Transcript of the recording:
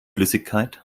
flüssigkeit